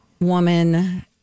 woman